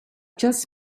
just